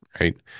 right